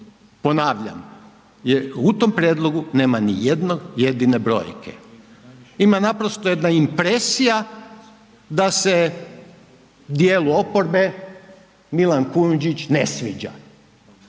Ponavljam, u tom prijedlogu nema nijednog jedine brojke, ima naprosto jedna impresija da se djelu oporbe Milan Kujundžić ne sviđa,